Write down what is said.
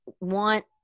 want